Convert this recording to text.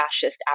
fascist